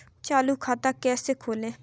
चालू खाता कैसे खोलें?